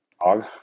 Dog